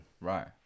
Right